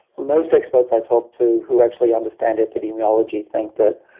most experts i talked to who actually understand epidemiology think that